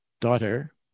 daughter